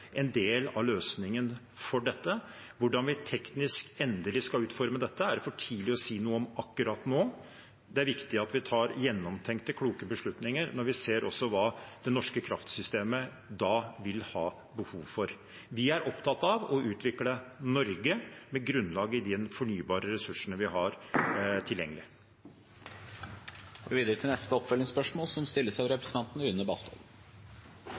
en del av løsningen for dette. Hvordan vi teknisk sett endelig skal utforme dette, er det for tidlig å si noe om akkurat nå. Det er viktig at vi tar gjennomtenkte og kloke beslutninger når vi ser hva det norske kraftsystemet da vil ha behov for. Vi er opptatt av å utvikle Norge med grunnlag i de fornybare ressursene vi har tilgjengelig. Une Bastholm – til oppfølgingsspørsmål.